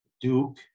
Duke